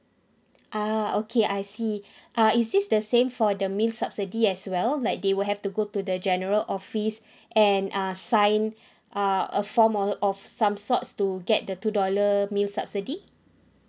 ah okay I see ah is this the same for the meal subsidy as well like they will have to go to the general office and uh sign uh a form of the of some sorts to get the two dollar meal subsidy